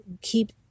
keep